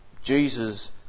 Jesus